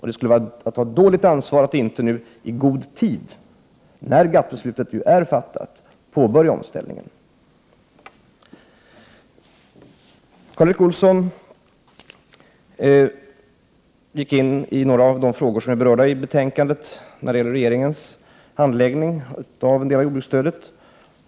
Det skulle vara att ta ett dåligt ansvar att inte nu i god tid, när GATT-beslutet ju är fattat, påbörja omställningen. Karl Erik Olsson gick in på några av de frågor som är berörda i betänkandet när det gäller regeringens handläggning av jordbruksstödet.